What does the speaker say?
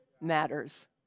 matters